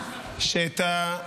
נמאס.